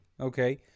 okay